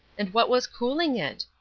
and what was cooling it?